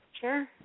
Sure